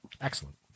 Excellent